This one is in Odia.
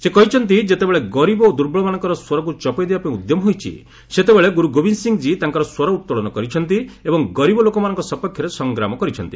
ସେ କହିଛନ୍ତି ଯେତେବେଳେ ଗରିବ ଓ ଦୁର୍ବଳମାନଙ୍କର ସ୍ୱରକୁ ଚପେଇ ଦେବାପାଇଁ ଉଦ୍ୟମ ହୋଇଛି ସେତେବେଳେ ଗୁରୁ ଗୋବିନ୍ଦ ସିଂହ ଜୀ ତାଙ୍କର ସ୍ୱର ଉତ୍ତୋଳନ କରିଛନ୍ତି ଏବଂ ଗରିବ ଲୋକମାନଙ୍କ ସପକ୍ଷରେ ସଂଗ୍ରାମ କରିଛନ୍ତି